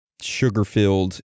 sugar-filled